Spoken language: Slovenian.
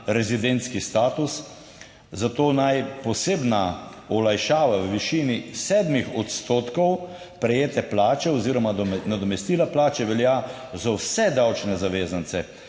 rezidentski status, zato naj posebna olajšava v višini 7 odstotkov prejete plače oziroma nadomestila plače velja za vse davčne zavezance,